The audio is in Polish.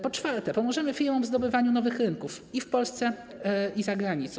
Po czwarte, pomożemy firmom w zdobywaniu nowych rynków i w Polsce, i za granicą.